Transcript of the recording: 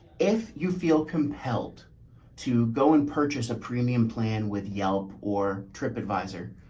if you feel compelled to go and purchase a premium plan with yelp or tripadvisor,